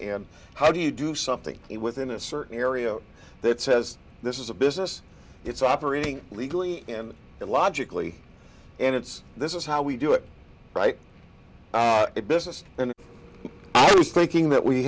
and how do you do something within a certain area that says this is a business it's operating legally and logically and it's this is how we do it right it business and thinking that we